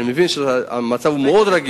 אני מבין שהמצב מאוד רגיש.